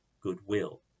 goodwill